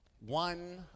one